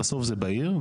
בסוף זה בעיר,